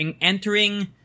entering